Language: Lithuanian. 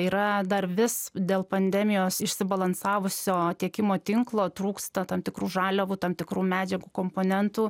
yra dar vis dėl pandemijos išsibalansavusio tiekimo tinklo trūksta tam tikrų žaliavų tam tikrų medžiagų komponentų